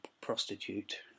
prostitute